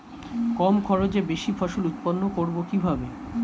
কম খরচে বেশি ফসল উৎপন্ন করব কিভাবে?